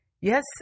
Yes